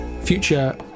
future